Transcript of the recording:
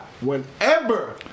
Whenever